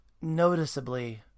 noticeably